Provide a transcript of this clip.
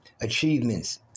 achievements